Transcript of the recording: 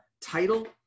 title